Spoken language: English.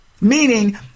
meaning